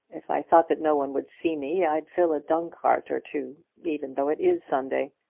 if i thought that no one would see me, i'd fill a dung-cart or two, even though it is sunday.